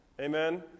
Amen